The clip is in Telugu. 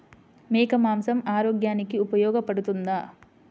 మేక మాంసం ఆరోగ్యానికి ఉపయోగపడుతుందా?